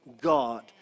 God